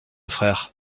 frère